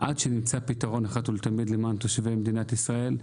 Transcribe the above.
עד שנמצא פתרון אחת ולתמיד למען תושבי מדינת ישראל,